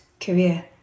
career